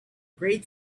great